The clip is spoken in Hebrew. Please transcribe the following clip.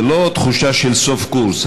זו לא תחושה של סוף קורס,